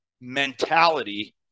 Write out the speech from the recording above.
mentality